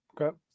okay